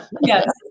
Yes